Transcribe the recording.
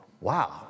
Wow